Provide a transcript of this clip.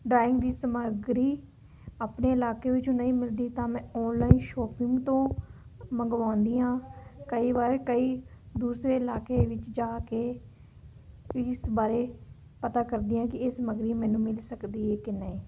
drawing ਦੀ ਸਮੱਗਰੀ ਆਪਣੇ ਇਲਾਕੇ ਵਿੱਚ ਨਹੀਂ ਮਿਲਦੀ ਤਾਂ ਮੈਂ ਆਨਲਾਈਨ ਸ਼ੋਪਿੰਗ ਤੋਂ ਮੰਗਵਾਉਂਦੀ ਹਾਂ ਕਈ ਵਾਰ ਕਈ ਦੂਸਰੇ ਇਲਾਕੇ ਵਿੱਚ ਜਾ ਕੇ ਵੀ ਇਸ ਬਾਰੇ ਪਤਾ ਕਰਦੀ ਹਾਂ ਕਿ ਇਹ ਸਮੱਗਰੀ ਮੈਨੂੰ ਮਿਲ ਸਕਦੀ ਹੈ ਕਿ ਨਹੀਂ